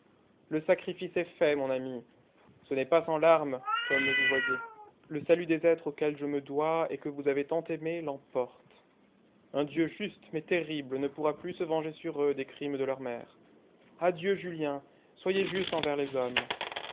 le sacrifice est fait mon ami ce n'est pas sans larmes comme vous voyez le salut des êtres auxquels je me dois et que vous avez tant aimés l'emporte un dieu juste mais terrible ne pourra plus se venger sur eux des crimes de leur mère adieu julien soyez juste envers les hommes